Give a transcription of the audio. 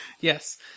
Yes